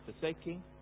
forsaking